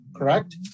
Correct